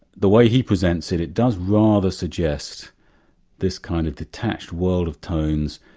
the way he presents it, it does rather suggest this kind of detached world of tones,